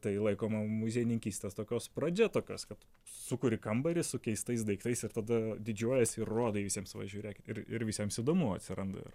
tai laikoma muziejininkystės tokios pradžia tokios kad sukuri kambarį su keistais daiktais ir tada didžiuojiesi ir rodai visiems va žiūrėkit ir ir visiems įdomu atsiranda ir